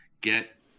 get